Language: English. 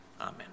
amen